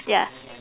ya